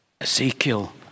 Ezekiel